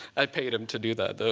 i paid him to do that, though.